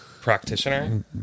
practitioner